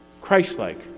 Christ-like